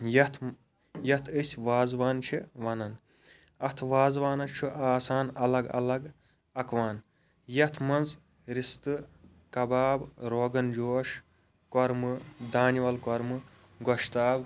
یتھ یتھ أسۍ وازٕوان چھِ ونان اتھ وازٕوانَس چھُ آسان الگ الگ پکوان یتھ مَنٛز رستہٕ کباب روگن جوش کوٚرمہٕ دانہِ ول کوٚرمہٕ گۄشتاب